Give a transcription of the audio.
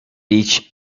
each